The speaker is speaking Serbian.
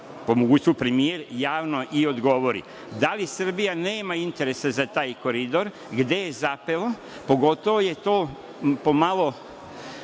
po mogućstvu premijer, javno i odgovori – da li Srbija nema interese za taj koridor, gde je zapelo? Pogotovo je to pomalo